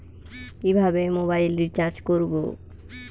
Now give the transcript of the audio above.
কিভাবে mobile recharge করব?